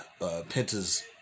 Penta's